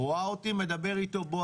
רואה אותי מדבר אתו בוא,